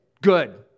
Good